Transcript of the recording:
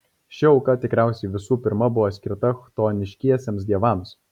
ši auka tikriausiai visų pirma buvo skirta chtoniškiesiems dievams